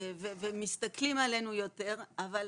והם מסתכלים עלינו יותר, אבל